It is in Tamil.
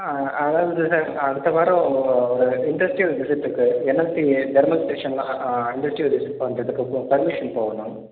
அதாவது அடுத்த வாரம் ஒரு இன்டஸ்டியல் விசிட்டுக்கு என்எல்சி தெர்மல் ஸ்டேஷனில் இன்டஸ்டியல் விசிட் பண்ணுறதுக்கு உங்கள் பர்மிசன் தேவை மேம்